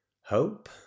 hope